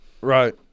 Right